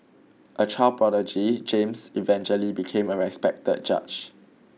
a child prodigy James eventually became a respected judge